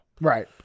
Right